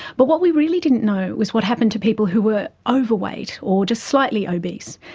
but what we really didn't know was what happened to people who were overweight or just slightly obese,